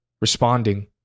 responding